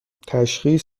تشخیص